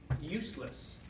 useless